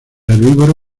herbívoro